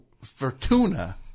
Fortuna